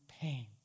pain